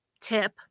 tip